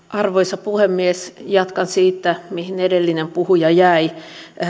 arvoisa puhemies jatkan siitä mihin edellinen puhuja jäi